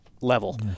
level